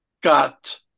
got